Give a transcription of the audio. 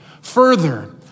Further